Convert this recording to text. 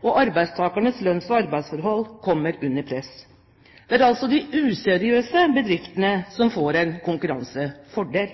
og arbeidstakernes lønns- og arbeidsforhold kommer under press. Det er altså de useriøse bedriftene som får en konkurransefordel.